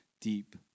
deep